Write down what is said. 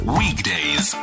weekdays